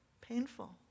painful